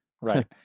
Right